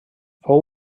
fou